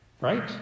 Right